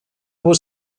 was